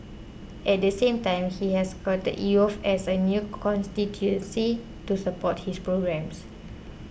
at the same time he has courted youth as a new constituency to support his programmes